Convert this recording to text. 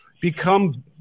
become